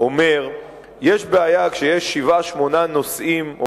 אומר שיש בעיה כשיש שבעה-שמונה נושאים או